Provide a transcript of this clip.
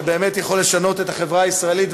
שבאמת יכול לשנות את החברה הישראלית,